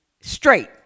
straight